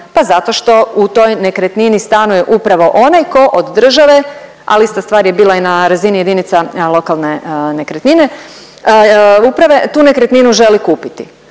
Pa zato što u toj nekretnini stanuje upravo onaj tko od države, ali ista stvar je bila i na razini jedinica lokalne nekretnine, uprave tu nekretninu želi kupiti.